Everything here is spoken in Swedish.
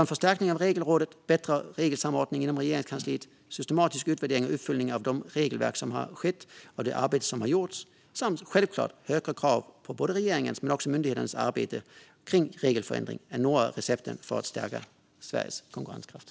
En förstärkning av Regelrådet, bättre regelsamordning inom Regeringskansliet, en systematisk utvärdering och uppföljning av det arbete som har gjorts med regelverken samt självklart högre krav på både regeringens och myndigheternas arbete kring regelförenkling är några av recepten för att stärka Sveriges konkurrenskraft.